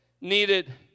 needed